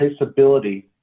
traceability